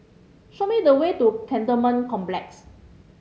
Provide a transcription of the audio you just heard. show me the way to Cantonment Complex